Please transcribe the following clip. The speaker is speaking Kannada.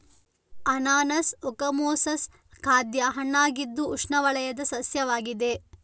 ಅನಾನಸ್ ಓಕಮೊಸಸ್ ಖಾದ್ಯ ಹಣ್ಣಾಗಿದ್ದು ಉಷ್ಣವಲಯದ ಸಸ್ಯವಾಗಿದೆ